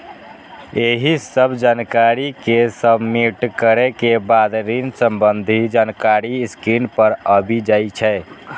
एहि सब जानकारी कें सबमिट करै के बाद ऋण संबंधी जानकारी स्क्रीन पर आबि जाइ छै